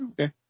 Okay